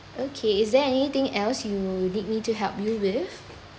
okay is there anything else you need me to help you with